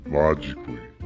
logically